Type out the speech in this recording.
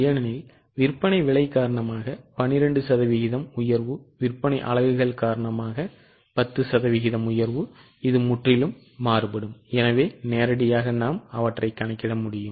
ஏனெனில் விற்பனை விலை 12 சதவீதம் உயர்வு விற்பனை அலகுகள் காரணமாக 10 சதவீதம் உயர்வு இது முற்றிலும் மாறுபடும் எனவே நாம் நேரடியாக கணக்கிட முடியும்